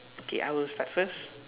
okay I will start first